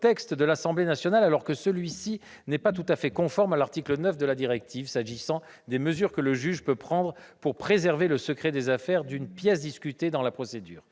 texte de l'Assemblée nationale, alors que celui-ci n'est pas tout à fait conforme à l'article 9 de la directive s'agissant des mesures que le juge peut prendre pour préserver le secret des affaires d'une pièce discutée dans la procédure.